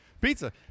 Pizza